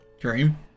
Dream